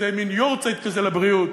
זה מין יארצייט כזה לבריאות,